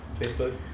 Facebook